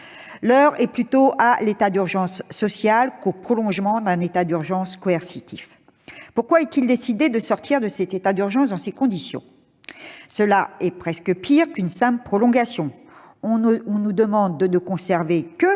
L'heure est davantage à l'état d'urgence social qu'au prolongement d'un état d'urgence coercitif. Pourquoi décider de sortir de l'état d'urgence dans ces conditions ? C'est presque pire qu'une simple prolongation ! On nous demande de ne conserver que